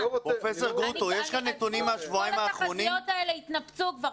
כל התחזיות האלה התנפצו כבר.